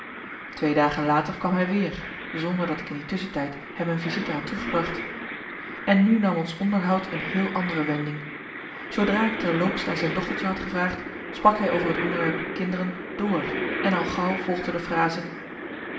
twee dagen later kwam hij weer zonder dat ik in die tusschentijd hem een visite had teruggebracht en nu nam ons onderhoud een heel andere wending zoodra ik terloops naar zijn dochtertje had gevraagd sprak hij over het onderwerp kinderen door en al gauw volgde de frase